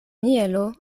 mielo